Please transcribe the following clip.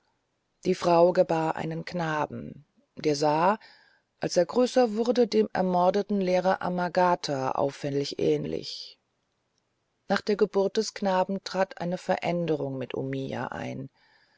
die frau gebar einen knaben der sah als er größer wurde dem ermordeten lehrer amagata auffallend ähnlich nach der geburt des knaben trat eine veränderung mit omiya ein